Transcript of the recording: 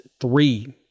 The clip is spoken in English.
three